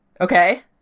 okay